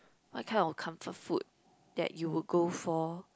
what kind of comfort food that you would go for